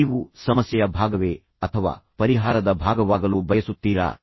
ನೀವು ಸಮಸ್ಯೆಯ ಭಾಗವೇ ಅಥವಾ ಪರಿಹಾರದ ಭಾಗವಾಗಲು ಬಯಸುತ್ತೀರಾ